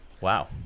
Wow